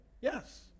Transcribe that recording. Yes